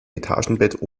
etagenbett